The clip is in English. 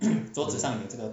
mm